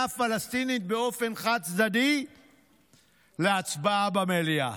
פלסטינית באופן חד-צדדי להצבעה במליאה.